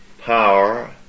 power